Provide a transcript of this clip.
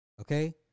Okay